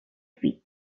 fit